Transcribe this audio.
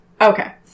Okay